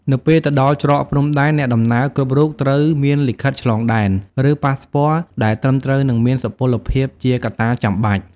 នៅពេលទៅដល់ច្រកព្រំដែន អ្នកដំណើរគ្រប់រូបត្រូវមានលិខិតឆ្លងដែន ឬប៉ាសស្ព័រដែលត្រឹមត្រូវនិងមានសុពលភាពជាកត្តាចាំបាច់។